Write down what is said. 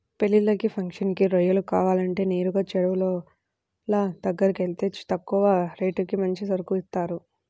పెళ్ళిళ్ళకి, ఫంక్షన్లకి రొయ్యలు కావాలంటే నేరుగా చెరువులోళ్ళ దగ్గరకెళ్తే తక్కువ రేటుకి మంచి సరుకు ఇత్తారు